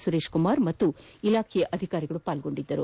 ಸುರೇಶ್ಕುಮಾರ್ ಹಾಗೂ ಇಲಾಖಾ ಅಧಿಕಾರಿಗಳು ಪಾಲ್ಗೊಂಡಿದ್ದರು